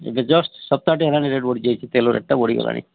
ଏ just ସପ୍ତାହଟେ ହେଲାଣି rate ବଢ଼ିଯାଇଛି ତେଲ ରେଟ୍ଟା ବଢ଼ିଗଲାଣି